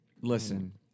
Listen